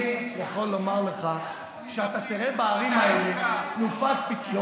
אני יכול לומר לך שאתה תראה בערים האלה תנופת פיתוח,